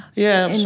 yeah,